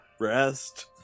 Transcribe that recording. Rest